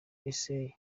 isaie